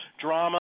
drama